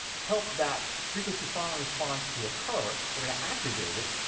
help that frequency-following response to occur we're going to activate it,